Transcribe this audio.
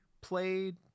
played